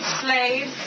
slave